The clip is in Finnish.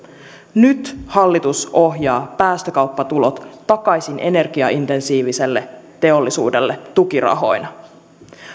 nyt hallitus ohjaa päästökauppatulot takaisin energiaintensiiviselle teollisuudelle tukirahoina